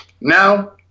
Now